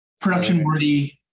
production-worthy